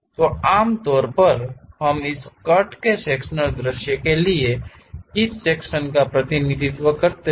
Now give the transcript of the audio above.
तो आमतौर पर हम इस कट के सेक्शनल दृश्य के लिए किस सेक्शन का प्रतिनिधित्व करते हैं